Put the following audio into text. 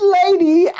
lady